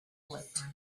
float